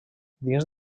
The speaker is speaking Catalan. dins